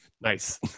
Nice